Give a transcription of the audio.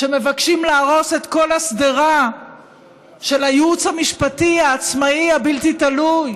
שמבקשים להרוס את כל השדרה של הייעוץ המשפטי העצמאי הבלתי-תלוי,